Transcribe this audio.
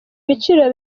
biciro